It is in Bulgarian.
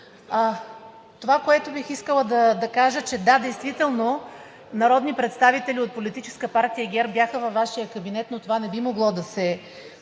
Това, което бих искала да кажа, е, че, да, действително народни представители от Политическа партия ГЕРБ бяха във Вашия кабинет, но това не би могло да се